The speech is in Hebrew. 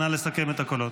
נא לסכם את הקולות.